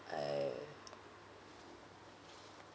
err